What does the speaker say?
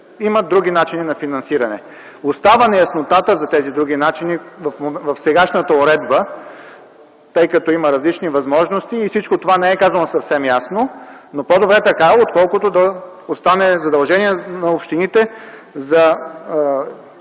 Има други начини на финансиране. В сегашната уредба остава неяснотата за тези други начини, тъй като има различни възможности и всичко това не е казано съвсем ясно. Но по-добре е така, отколкото да остане задължение на общините за